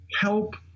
help